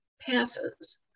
passes